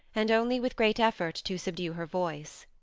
and only with great effort to subdue her voice.